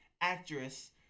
Actress